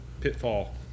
Pitfall